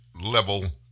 level